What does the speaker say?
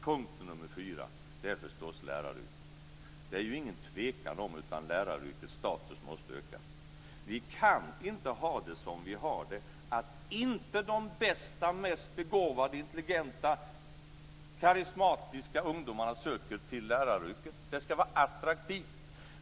Punkt nr 4 gäller förstås läraryrket. Det är ingen tvekan om att läraryrkets status måste öka. Vi kan inte ha det som vi har det, att inte de bästa, de mest begåvade, intelligenta, karismatiska ungdomarna söker sig till läraryrket. Läraryrket ska vara attraktivt.